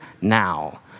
now